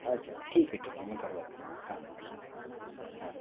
अच्छा ठीक है ठीक है मैं करवा हाँ हाँ